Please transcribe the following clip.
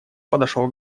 подошел